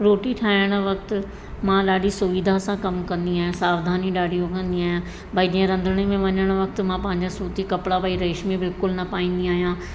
रोटी ठाहिणु वक़्तु मां ॾाढी सुविधा सां कमु कंदी आहियां सावधानियूं ॾाढी कंदी आहियां भई जीअं रंधिणे में वञणु वक़्तु मां पंहिंजा सूती कपिड़ा भई रेशमी बिल्कुल न पाईंदी आहियां